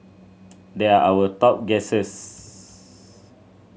there are our top guesses